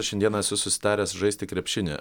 aš šiandieną esu susitaręs žaisti krepšinį